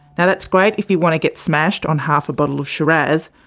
now, that's great if you want to get smashed on half a bottle of shiraz,